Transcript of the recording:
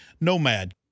Nomad